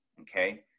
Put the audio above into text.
okay